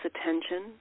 attention